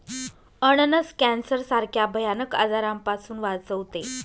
अननस कॅन्सर सारख्या भयानक आजारापासून वाचवते